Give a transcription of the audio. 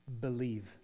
believe